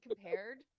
compared